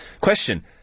Question